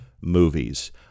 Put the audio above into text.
movies